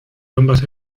ambas